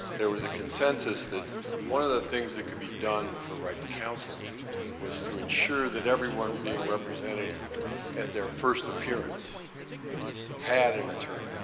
there was a consensus that one of the things that could be done for right to counsel was to ensure that everyone being represented at their first appearance had an attorney.